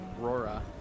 aurora